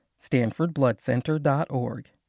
StanfordBloodCenter.org